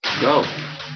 go